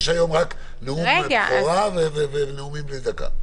יש היום רק נאום בכורה ונאומים בני דקה.